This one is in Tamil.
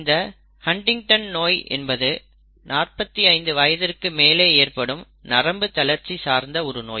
இந்த ஹன்டிங்டன் நோய் என்பது 45 வயதிற்கு மேல் ஏற்படும் நரம்பு தளர்ச்சி சார்ந்த ஒரு நோய்